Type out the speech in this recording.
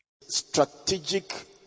Strategic